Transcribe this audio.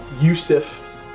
Yusuf